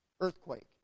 Earthquake